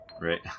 Right